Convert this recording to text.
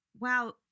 wow